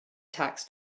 tax